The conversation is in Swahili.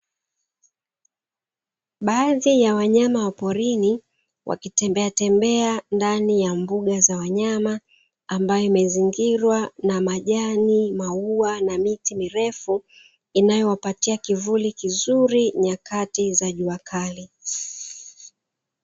Baadhi ya wanyama wa porini wakitembea tembea ndani ya mbuga za wanyama ambayo imezingirwa na majani, maua na miti mirefu inayowapatia kivuli kizuri nyakati za jua kali.